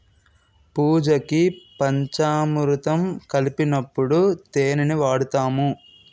పూజకి పంచామురుతం కలిపినప్పుడు తేనిని వాడుతాము